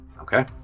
Okay